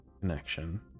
connection